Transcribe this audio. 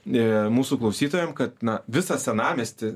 a mūsų klausytojams kad visą senamiestį